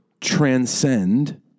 transcend